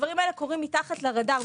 הדברים האלה קורים מתחת לרדאר.